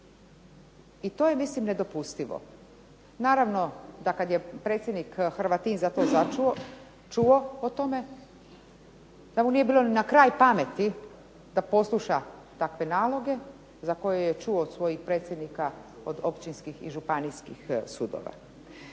i to je mislim nedopustivo. Naravno, da kad je predsjednik Hrvatin za to čuo o tome da mu nije bilo ni na kraj pameti da posluša takve naloge za koje je čuo od svojih predsjednika od općinskih i županijskih sudova.